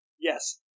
Yes